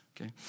okay